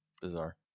Bizarre